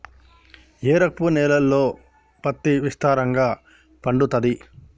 ఏ రకపు నేలల్లో పత్తి విస్తారంగా పండుతది?